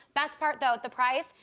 best part, though, the price?